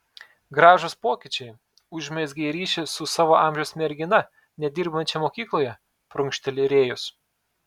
gražūs pokyčiai užmezgei ryšį su savo amžiaus mergina nedirbančia mokykloje prunkšteli rėjus